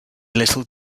little